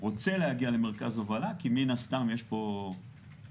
רוצה להגיע למרכז הובלה כי מן הסתם יש פה מקצוע.